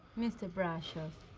mr. brashov,